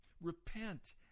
Repent